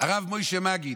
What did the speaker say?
הרב משה מגיד,